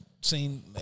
seen